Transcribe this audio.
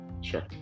Sure